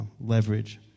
leverage